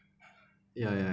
ya ya